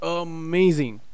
amazing